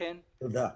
תודה רבה.